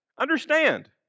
Understand